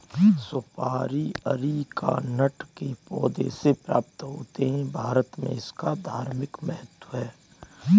सुपारी अरीकानट के पौधों से प्राप्त होते हैं भारत में इसका धार्मिक महत्व है